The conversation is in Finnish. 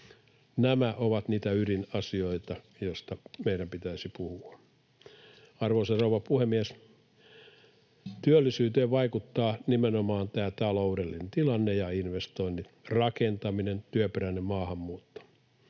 Nämä ovat niitä ydinasioita, joista meidän pitäisi puhua. Arvoisa rouva puhemies! Työllisyyteen vaikuttaa nimenomaan tämä taloudellinen tilanne ja investoinnit, rakentaminen, työperäinen maahanmuutto.